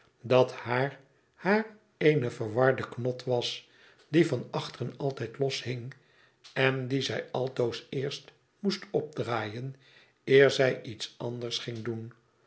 dat haar haar eene verwarde knot was die van achteren altijd losging en die zij altoos eerst moest opdraaien eer zij iets anders ging doen